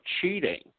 cheating